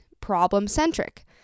problem-centric